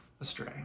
astray